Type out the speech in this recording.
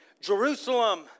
Jerusalem